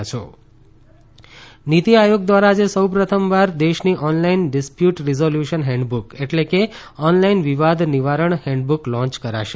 નીતિ આયોગ નીતિ આયોગ દ્વારા આજે સૌ પ્રથમવાર દેશની ઓનલાઇન ડિસ્પ્યૂટ રીસોલ્યુશન હેન્ડબ્રક એટલે કે ઓનલાઇન વિવાદ નિવારણ હેન્ડબુક લોન્ય કરશે